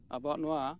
ᱟᱵᱚᱣᱟᱜ ᱱᱚᱣᱟ